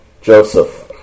Joseph